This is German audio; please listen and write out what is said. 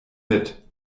mit